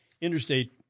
interstate